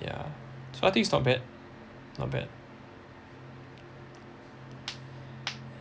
yeah so I think it's not bad not bad